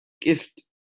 Gift